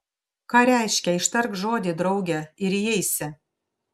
ką reiškia ištark žodį drauge ir įeisi